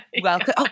welcome